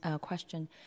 question